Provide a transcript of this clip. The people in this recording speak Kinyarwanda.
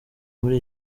muri